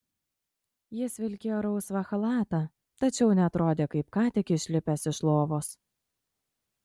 jis vilkėjo rausvą chalatą tačiau neatrodė kaip ką tik išlipęs iš lovos